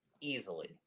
Easily